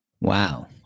Wow